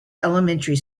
elementary